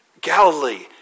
Galilee